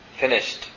finished